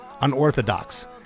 unorthodox